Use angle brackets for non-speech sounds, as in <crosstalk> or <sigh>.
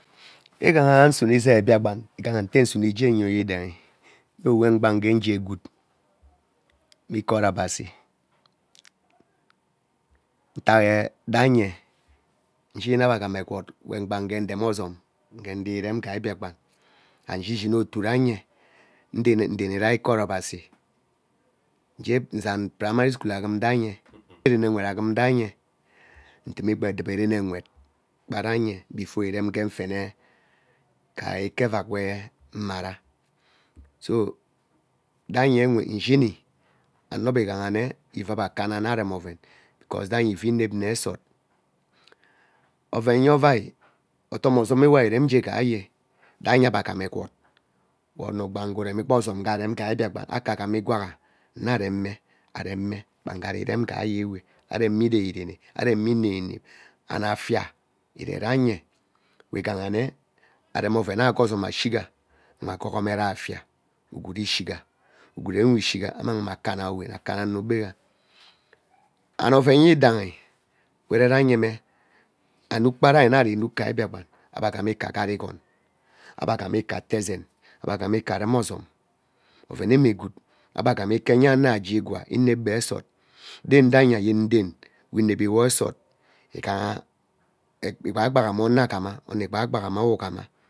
Igha isume izei biakpan itghaha nte isume igee uyo yidahi yo we ngban ngee gwood mme ikot abasi <noise> ntak ee denye nyini nne eba agham egwood we ngba gee irem ozom ugee iri rem gee Biakpan ashi asino otu ranye nrene rai ikot abasi gee uza nzari primary school aghum ranye ngee rene nwet rai uye ndimi kpa edibo rene uwet kparam nye before irem gee nfene ghai ike evak we amara so daihiwe nshini ano be ighama nne ivuu ebe akana arem oven because rainye ivuu inep nne ke esot oven ye ovai odom ozom ewe ari irem igea gaihiye ranye ebe agham egweet we ono kpan ngee arem odom ozom kpan ngea rem uye gai biakpom akaa aghama igwaga nne areme areme ngari irem ngee gaiyewe areme ireireme ireme inep inep and afia ireremye we ighane aremi ovena ghe ozom ashigha nwe agoho rai afia ugwuru ishiga ugwuruwe ishiga amang mme akam owowen akama ano ghega and oven yidaihi we ireranye mme anuk kpaa rai nne ari inuk gai biakoan ebe agham ike aget igoon ebe gham ike ate ezem ebe gham ike ate ezen ebe gham ike arem ozom ovenem gwood ebe gham ike enya ano agee igwaa inep be esot den ranye ayen den we inevi wo esot ighaha igbaigbaha me ono aghama ono igbaagbam mme awo ughama